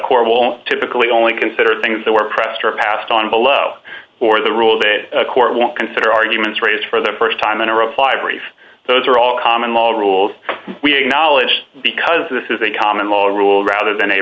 court will typically only consider things that were pressed or passed on below or the rule that a court won't consider arguments raised for the st time in a reply brief those are all common law rules we acknowledge because this is a common law rule rather than a